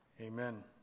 Amen